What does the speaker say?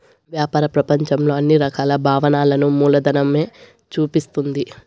వ్యాపార ప్రపంచంలో అన్ని రకాల భావనలను మూలధనమే చూపిస్తుంది